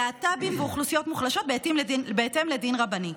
על להט"בים ועל אוכלוסיות מוחלשות בהתאם לדין רבני.